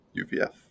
UVF